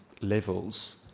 levels